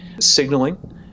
signaling